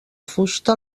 fusta